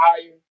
higher